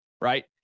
right